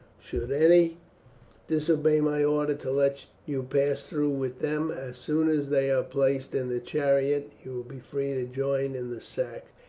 should any disobey my order to let you pass through with them. as soon as they are placed in the chariot you will be free to join in the sack,